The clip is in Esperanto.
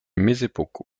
mezepoko